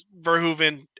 Verhoeven